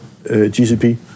GCP